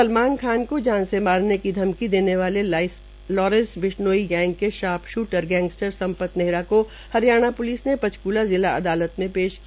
सलमान खान को जान से मारने की धमकी देने वाले लॉरेंस बिश्नोई गैंग के sharp shooter gangster Sampat Nehra को हरियाणा प्लिस ने पंचकूला जिला अदालत में पेश किया